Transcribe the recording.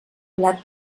blat